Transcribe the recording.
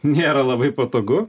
nėra labai patogu